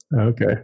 okay